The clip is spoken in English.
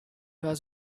was